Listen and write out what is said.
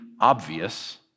obvious